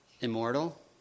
Immortal